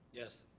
yes.